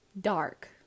dark